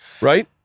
right